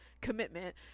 commitment